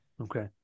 Okay